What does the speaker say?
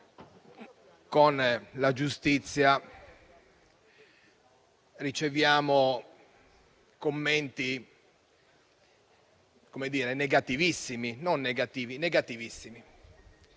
con la giustizia, riceviamo commenti negativissimi;